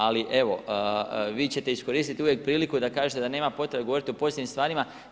Ali evo, vi ćete iskoristiti uvijek priliku da kažete da nema potrebe govoriti o pozitivnim stvarima.